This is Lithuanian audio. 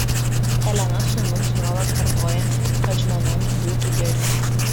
elena sūnums nuolat kartojanti kad žmonoms būtų geri